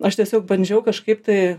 aš tiesiog bandžiau kažkaip tai